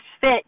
fit